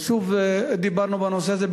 ושוב דיברנו בנושא הזה,